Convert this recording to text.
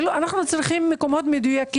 אנחנו צריכים לדעת מקומות מדויקים.